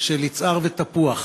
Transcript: של יצהר ותפוח.